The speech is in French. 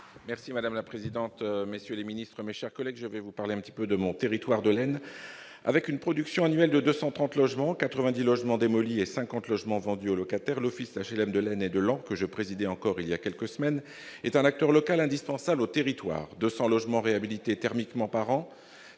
le ministre, monsieur le secrétaire d'État, mes chers collègues, je vous parlerai de mon territoire, l'Aisne. Avec une production annuelle de 230 logements, 90 logements démolis et 50 logements vendus aux locataires, l'office d'HLM de l'Aisne et de Laon, que je présidais encore il y a quelques semaines, est un acteur local indispensable au territoire : 200 logements réhabilités thermiquement par an,